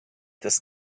this